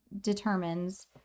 determines